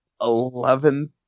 eleven